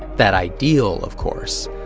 that ideal, of course,